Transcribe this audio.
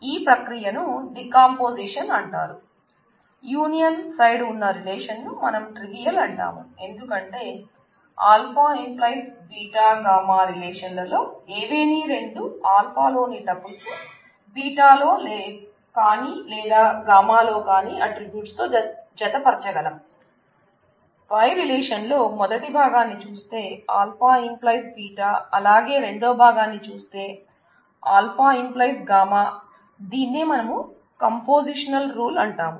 ఈ ప్రక్రియ ను డీకంపొజిసన్ అంటారు